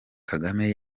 kagame